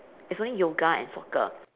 it's only yoga and soccer